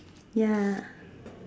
ya